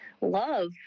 love